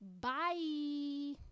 Bye